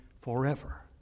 forever